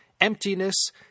emptiness